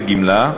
לגמלה,